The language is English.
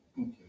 Okay